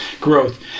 growth